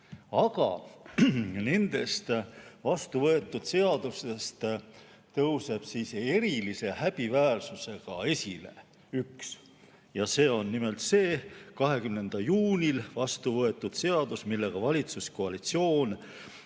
Aga nendest vastuvõetud seadustest tõuseb erilise häbiväärsusega esile üks ja see on nimelt 20. juunil vastu võetud seadus, millega valitsuskoalitsioon